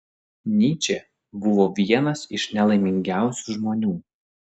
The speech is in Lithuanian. nyčė buvo vienas iš nelaimingiausių žmonių